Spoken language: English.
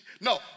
No